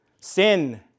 sin